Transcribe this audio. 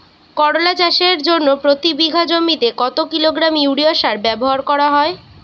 করলা চাষের জন্য প্রতি বিঘা জমিতে কত কিলোগ্রাম ইউরিয়া সার ব্যবহার করা হয়?